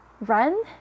run